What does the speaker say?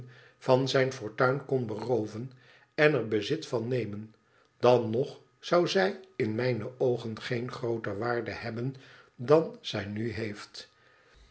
van zijn fortuin kon berooven en er bezit van nemen dan nog zou zij in mijne oogen geen grooter waarde hebben dan zij nu heeft